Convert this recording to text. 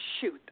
shoot